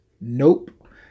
nope